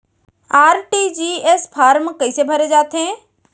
RTGS form कइसे भरे जाथे?